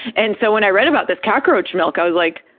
and so when i read about this cockroach milk, i was like,